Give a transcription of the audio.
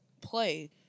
play